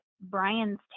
Brian's